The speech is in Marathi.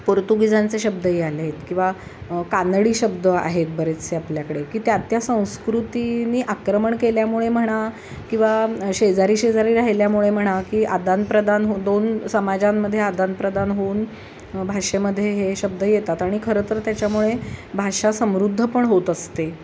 पोर्तुगीजांचे शब्दही आलेत किंवा कानडी शब्द आहेत बरेचसे आपल्याकडे की त्या त्या संस्कृतीने आक्रमण केल्यामुळे म्हणा किंवा शेजारी शेजारी राहिल्यामुळे म्हणा की आदानप्रदान हो दोन समाजांमध्ये आदानप्रदान होऊन भाषेमध्ये हे शब्द येतात आणि खरं तर त्याच्यामुळे भाषा समृद्ध पण होत असते